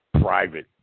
private